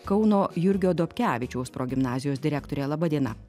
kauno jurgio dobkevičiaus progimnazijos direktorė laba diena